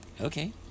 okay